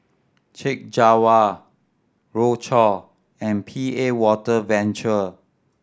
Chek Jawa Rochor and P A Water Venture